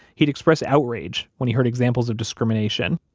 he'd express outrage when he heard examples of discrimination.